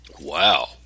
Wow